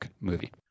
movie